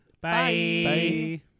bye